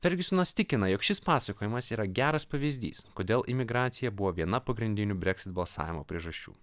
fergiusonas tikina jog šis pasakojimas yra geras pavyzdys kodėl imigracija buvo viena pagrindinių brexit balsavimo priežasčių